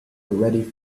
already